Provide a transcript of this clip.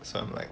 some I'm like